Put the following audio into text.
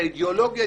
את האידיאולוגיה,